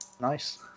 Nice